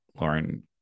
lauren